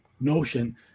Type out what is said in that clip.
notion